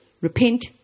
repent